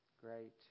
great